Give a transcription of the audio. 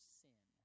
sin